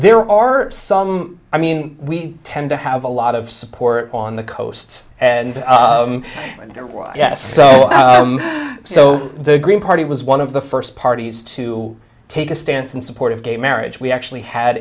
there are some i mean we tend to have a lot of support on the coasts and yes so the green party was one of the first parties to take a stance in support of gay marriage we actually had